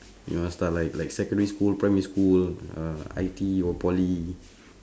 you want start like like secondary school primary school uh I_T_E or poly